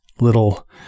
little